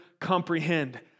comprehend